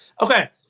Okay